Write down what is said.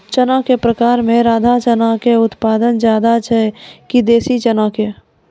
चना के प्रकार मे राधा चना के उत्पादन ज्यादा छै कि देसी चना के?